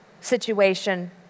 situation